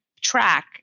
track